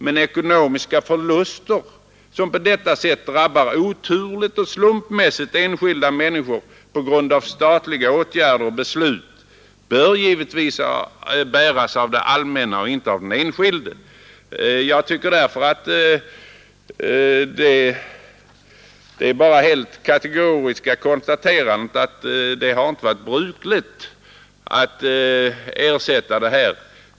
Men ekonomiska förluster som på detta sätt oturligt och slumpmässigt drabbar enskilda människor på grund av statliga åtgärder och beslut bör givetvis bäras av det allmänna och inte av den enskilde. Jag tycker därför att det bara är ett helt kategoriskt konstaterande socialministern gör när han säger att det inte varit brukligt att ersätta sådana här förluster.